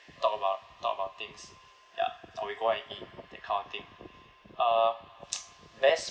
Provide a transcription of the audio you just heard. talk about talk about things ya or we go out and eat that kind of thing uh best